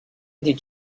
did